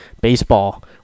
baseball